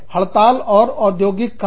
हड़ताल और औद्योगिक कार्य